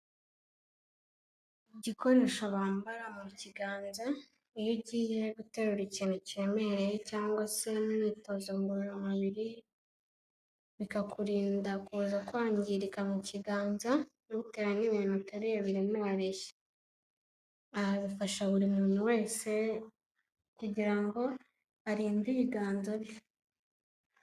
Igikoresho bambara mu kiganza, iyo ugiye guterura ikintu kiremereye cyangwa se mu myitozo ngororamubiri, bikakurinda kuza kwangirika mu kiganza, bitewe n'ibintu uteruye biremereye, aha bifasha buri muntu wese kugira ngo arinde ibiganza bye.